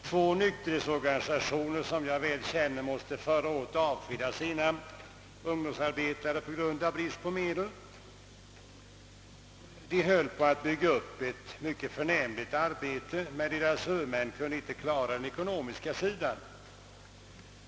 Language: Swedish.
Två nykterhetsorganisationer, som jag väl känner till, måste förra året på grund av brist på medel avskeda sina ungdomsarbetare. Dessa höll på att bygga upp ett mycket värdefullt arbete, men deras huvudmän kunde inte klara den ekonomiska sidan.